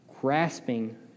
grasping